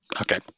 Okay